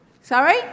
Sorry